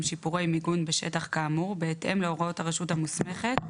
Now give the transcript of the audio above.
שיפורי מיגון בשטח כאמור בהתאם להוראות הרשות המוסמכת,